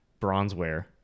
Bronzeware